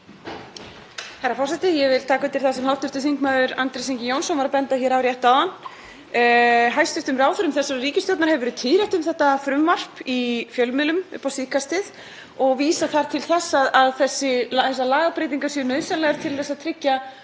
Hæstv. ráðherrum þessarar ríkisstjórnar hefur orðið tíðrætt um þetta frumvarp í fjölmiðlum upp á síðkastið og vísa þar til þess að þessar lagabreytingar séu nauðsynlegar til að tryggja